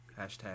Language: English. Hashtag